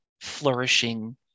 flourishing